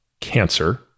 cancer